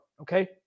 okay